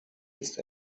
ist